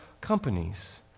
companies